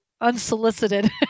unsolicited